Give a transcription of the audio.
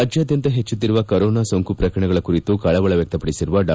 ರಾಜ್ಞಾದ್ಯಂತ ಹೆಚ್ಚುತ್ತಿರುವ ಕೊರೋನಾ ಸೋಂಕು ಪ್ರಕರಣಗಳ ಕುರಿತು ಕಳವಳ ವ್ಯಕ್ತಪಡಿಸಿರುವ ಡಾ